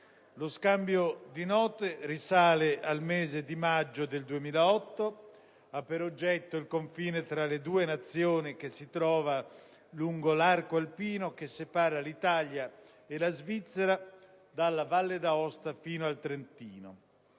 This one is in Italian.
in questione risale al mese di maggio 2008 e ha per oggetto il confine tra le due Nazioni, che si trova lungo l'arco alpino che separa l'Italia e la Svizzera, dalla Valle D'Aosta fino al Trentino.